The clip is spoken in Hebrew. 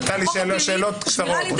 טלי, שאלות קצרות.